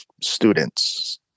students